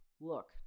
look